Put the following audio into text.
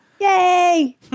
Yay